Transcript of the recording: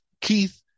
Keith